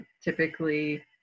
typically